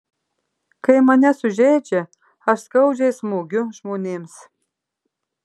kai mane sužeidžia aš skaudžiai smogiu žmonėms